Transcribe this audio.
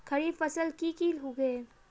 खरीफ फसल की की उगैहे?